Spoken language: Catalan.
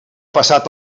passat